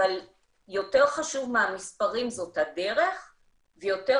אבל יותר חשוב מהמספרים זאת הדרך ויותר